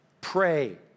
Pray